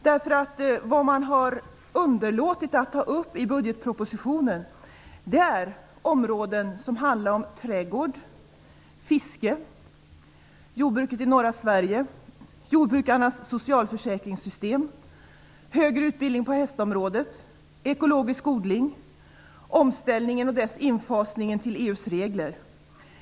De områden som regeringen har underlåtit att ta upp i budgetpropositionen är trädgård, fiske, jordbruket i norra Sverige, jordbrukarnas socialförsäkringssystem, högre utbildning på hästområdet, ekologisk odling, omställningen och infasningen till EU:s regler.